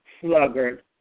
sluggard